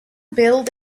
build